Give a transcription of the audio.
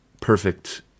perfect